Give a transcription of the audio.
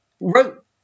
wrote